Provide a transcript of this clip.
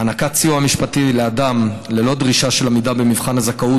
להענקת סיוע משפטי לאדם ללא דרישה של עמידה במבחן הזכאות